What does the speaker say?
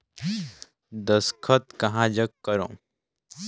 दस्खत कहा जग करो?